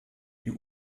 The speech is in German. die